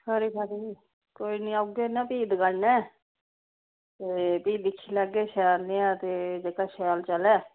खरी खरी कोई नीं औगे ते फ्ही दकानै फ्ही दिक्खी लैगे शैल नेहा जेह्का शैल चलै